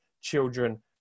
children